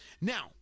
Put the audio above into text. Now